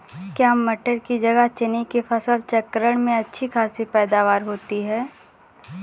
क्या मटर की जगह चने की फसल चक्रण में अच्छी खासी पैदावार होती है?